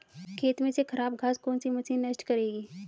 खेत में से खराब घास को कौन सी मशीन नष्ट करेगी?